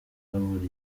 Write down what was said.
habura